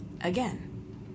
Again